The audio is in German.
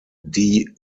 die